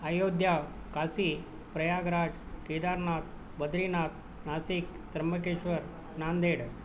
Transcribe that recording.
Ayodhya Kashi Prayagraj Kedarnath Badrinath Nashik Trimbakeshwar Nanded